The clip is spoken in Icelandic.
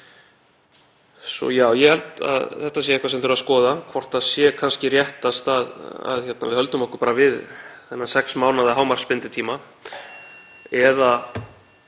Svo já, ég held að þetta sé eitthvað sem þurfi að skoða, hvort það sé kannski réttast að við höldum okkur bara við þennan sex mánaða hámarksbinditíma.